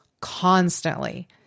constantly